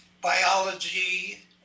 biology